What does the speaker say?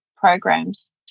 programs